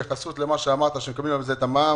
התייחסות לגבי מה שאמרת שמקבלים על זה את המע"מ.